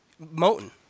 Moten